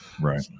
right